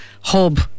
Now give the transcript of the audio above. hub